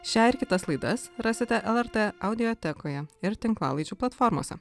šią ir kitas laidas rasite lrt audiotekoje ir tinklalaidžių platformose